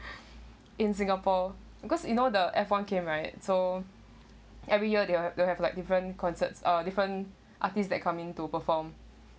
in singapore because you know the F one came right so every year they will they'll have like different concerts uh different artists that coming to perform